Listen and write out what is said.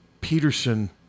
Peterson